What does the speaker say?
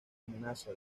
amenaza